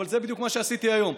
וזה בדיוק מה שעשיתי היום.